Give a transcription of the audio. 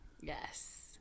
yes